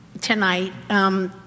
tonight